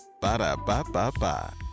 Ba-da-ba-ba-ba